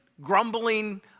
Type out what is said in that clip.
grumbling